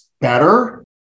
better